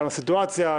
גם לסיטואציה,